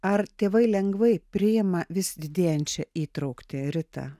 ar tėvai lengvai priima vis didėjančią įtrauktį rita